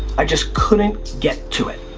i just couldn't get to it.